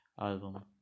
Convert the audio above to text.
album